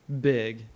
big